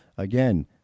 Again